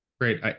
Great